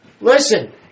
Listen